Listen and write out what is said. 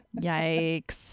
Yikes